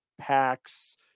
packs